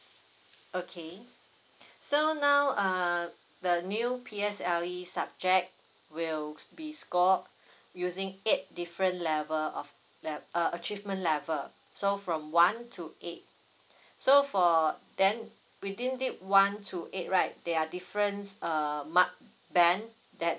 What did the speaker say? okay so now uh the new P_S_L_E subject will be scored using eight different level of le~ uh achievement level so from one to eight so for then within it one to eight right they are difference err mark band that